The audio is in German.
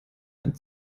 ein